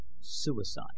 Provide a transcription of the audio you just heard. suicide